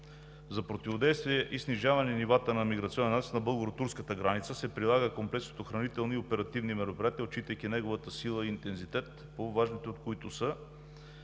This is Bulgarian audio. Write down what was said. За противодействие и снижаване нивата на миграционен натиск на българо-турската граница се прилага комплекс от охранителни и оперативни мероприятия, отчитайки неговата сила и интензитет. По-важните са: